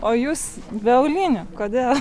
o jūs be aulinių kodėl